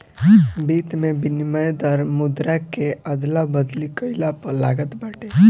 वित्त में विनिमय दर मुद्रा के अदला बदली कईला पअ लागत बाटे